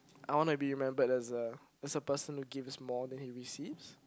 I want to be remembered as a as a person who gives more than he receives